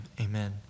amen